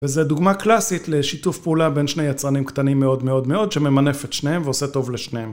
וזו דוגמה קלאסית לשיתוף פעולה בין שני יצרנים קטנים מאוד מאוד מאוד שממנף את שניהם ועושה טוב לשניהם.